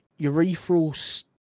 urethral